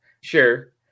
Sure